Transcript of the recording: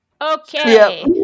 Okay